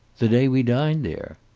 the day we dined there.